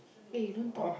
eh you don't talk